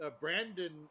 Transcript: Brandon